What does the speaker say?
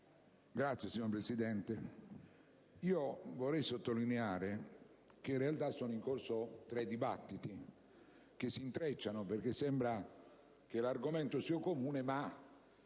esteri*. Signora Presidente, vorrei sottolineare che, in realtà, sono in corso tre dibattiti, che si intrecciano, perché sembra che l'argomento sia comune ma